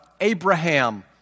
Abraham